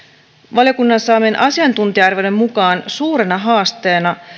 valiokunnan saamien asiantuntija arvioiden mukaan suurena haasteena